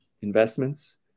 investments